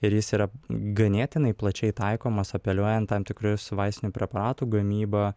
ir jis yra ganėtinai plačiai taikomas apeliuojant tam tikrus vaistinių preparatų gamybą